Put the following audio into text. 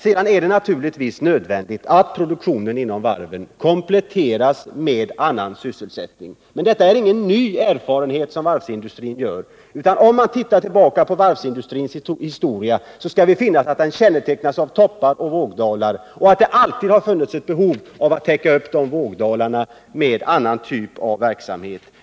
Det är naturligtvis nödvändigt att produktionen inom varven kompletteras med annan sysselsättning. Det är ingen ny erfarenhet som varvsindustrin gör. Om vi tittar tillbaka på varvsindustrins historia, finner vi att den kännetecknas av toppar och vågdalar och att det alltid har funnits ett behov av att täcka vågdalarna med annan typ av verksamhet.